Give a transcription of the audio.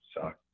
suck